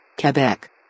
Quebec